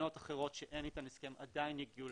מדינות אחרות שאין איתן הסכם, עדיין הגיעו